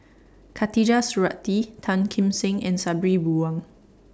Khatijah Surattee Tan Kim Seng and Sabri Buang